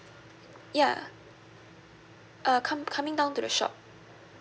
ya uh come~ coming down to the shop